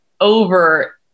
over